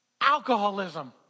Alcoholism